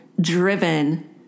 driven